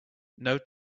note